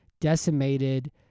decimated